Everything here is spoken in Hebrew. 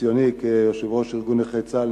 בניסיוני כיושב-ראש ארגון נכי צה"ל,